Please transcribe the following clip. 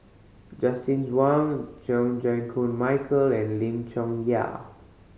Justin Zhuang Chan Chew Koon Michael and Lim Chong Yah